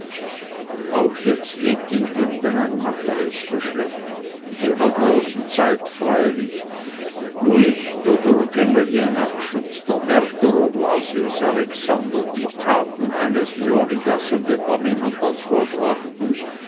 auch lebt jetzt in bünden ein matteres geschlecht in jener großen zeit freilich wo ich der würgengel jenatsch und der märtyrer blasius alexander die taten eines leonidas und epaminondas vollbrachten